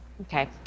Okay